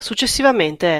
successivamente